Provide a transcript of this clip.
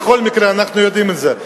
בכל מקרה אנחנו יודעים את זה,